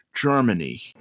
germany